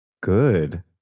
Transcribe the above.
Good